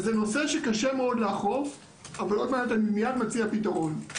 זה נושא שקשה מאוד לאכוף אבל אני מיד אציע פתרון.